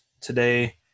today